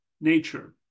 nature